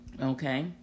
Okay